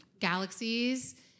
galaxies